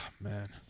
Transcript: Man